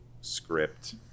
script